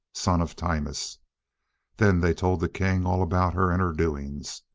son of timus then they told the king all about her and her doings.